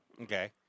Okay